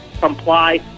comply